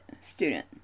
student